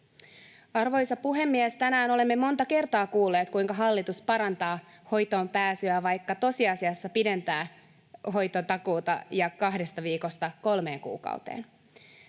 Arvoisa puhemies! Tänään olemme monta kertaa kuulleet, kuinka hallitus parantaa hoitoonpääsyä, vaikka se tosiasiassa pidentää hoitotakuuta kahdesta viikosta kolmeen kuukauteen.